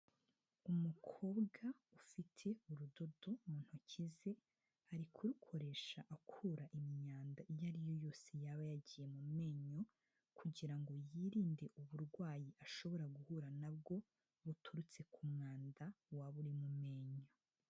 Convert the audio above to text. Umukobwa ufite urudodo mu ntoki ze, ari kurukoresha akura imyanda iyo ariyo yose yaba yagiye mu menyo, kugira ngo yirinde uburwayi ashobora guhura nabwo, buturutse ku mwanda waba uri mu menyo.